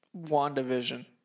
WandaVision